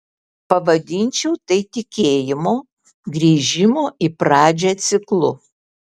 pavadinčiau tai tikėjimo grįžimo į pradžią ciklu